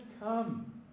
come